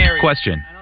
Question